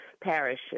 parishes